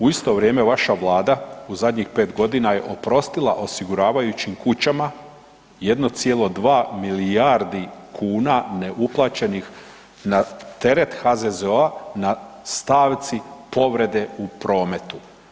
U isto vrijeme vaša Vlada u zadnjih 5 g. je oprostila osiguravajućim kućama 1,2 milijardi kn neuplaćenih na teret HZZO-a na stavci povrede u prometu.